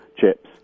chips